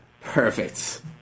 Perfect